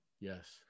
Yes